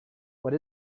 what